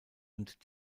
und